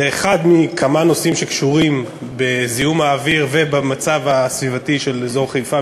זה אחד מכמה נושאים שקשורים בזיהום האוויר ובמצב הסביבתי של אזור חיפה,